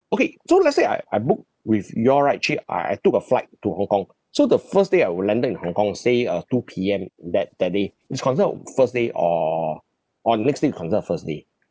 okay so let's say I I book with you all right actually I I took a flight to hong kong so the first day I will landed in hong kong say uh two P_M that that day it's considered first day or or the next day you consider first day